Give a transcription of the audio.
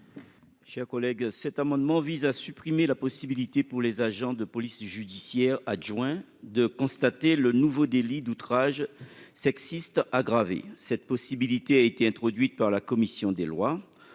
Théophile. Cet amendement vise à supprimer la possibilité, pour les agents de police judiciaire adjoints(APJA), de constater le nouveau délit d'outrage sexiste aggravé. Cette possibilité, introduite par la commission des lois,